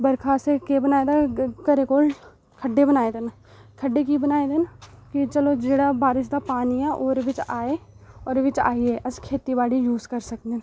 बरखा असें केह् बनाएदा घरै कोल खड्डे बनाए दे न खड्डे की बनाए दे न कि चलो जेह्ड़ा बारिश दा पानी ऐ ओह् ओह्दे बिच आए ओह्दे बिच आइयै अस खेती बाड़ी यूज करी सकने आं